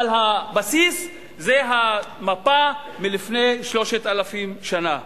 אבל הבסיס זה המפה מלפני 3,000 שנה.